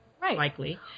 likely